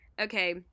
okay